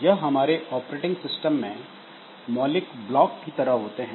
यह हमारे operating system में मौलिक ब्लॉक की तरह होते हैं